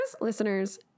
listeners